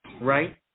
right